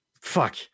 Fuck